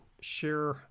share